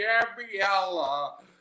Gabriella